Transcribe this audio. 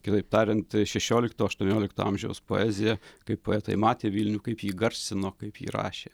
kitaip tariant šešiolikto aštuoniolikto amžiaus poezija kaip poetai matė vilnių kaip jį garsino kaip jį rašė